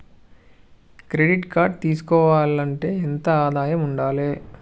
Credit card తీసుకోవాలంటే ఎంత ఆదాయం ఉండాలే?